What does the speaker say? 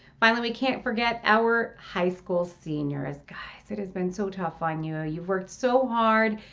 finally, we can't forget our high school seniors. guys. it's been so tough on you. ah you've worked so hard,